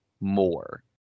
more